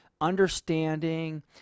understanding